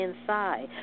inside